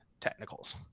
technicals